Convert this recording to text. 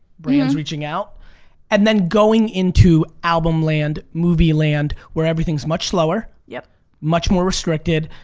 brands reaching out and then going into album land, movie land where everything's much slower, yeah much more restricted.